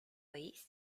oís